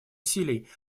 усилий